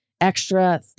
extra